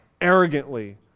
arrogantly